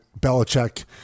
Belichick